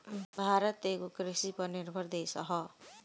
भारत एगो कृषि पर निर्भर देश ह